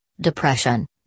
depression